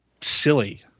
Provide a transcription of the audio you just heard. silly